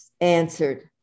answered